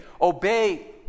Obey